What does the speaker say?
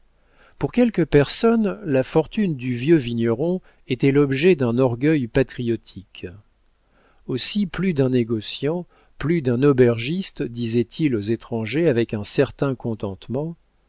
pour quelques personnes la fortune du vieux vigneron était l'objet d'un orgueil patriotique aussi plus d'un négociant plus d'un aubergiste disait-il aux étrangers avec un certain contentement